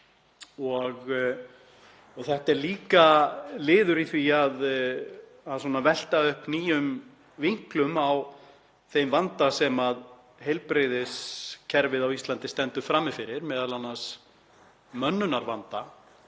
Þetta er líka liður í því að velta upp nýjum vinklum á þeim vanda sem heilbrigðiskerfið á Íslandi stendur frammi fyrir, m.a. mönnunarvanda